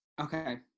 Okay